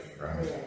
Right